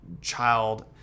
child